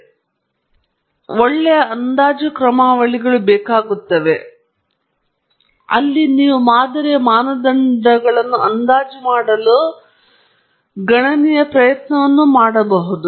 ಆದಾಗ್ಯೂ ಅವರಿಗೆ ಒಳ್ಳೆಯ ಅಂದಾಜು ಕ್ರಮಾವಳಿಗಳು ಬೇಕಾಗುತ್ತದೆ ಏಕೆಂದರೆ ನೀವು ಮಾದರಿಯ ಮಾನದಂಡಗಳನ್ನು ಅಂದಾಜು ಮಾಡಲು ಮತ್ತು ಅಲ್ಲಿ ಗಣನೀಯ ಗಣನೀಯ ಪ್ರಯತ್ನವನ್ನು ಮಾಡಬಹುದು